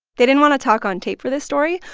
they didn't want to talk on tape for this story,